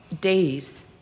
days